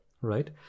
right